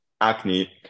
acne